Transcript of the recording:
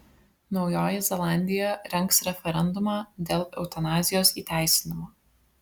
naujoji zelandija rengs referendumą dėl eutanazijos įteisinimo